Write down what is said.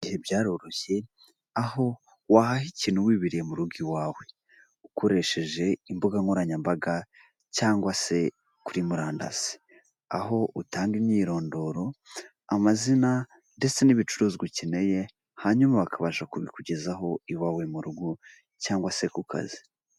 Ibihe byaroroshye aho wahaha ikintu wibereye mu rugo i wawe ukoresheje imbuga nkoranyambaga cyangwa se kuri murandasi. Aho utanga imyirondoro, amazina ndetse n'ibicuruzwa ukeneye hanyuma bakabasha kubikugezaho iwawe mu rugo cyangwa se ku kazi.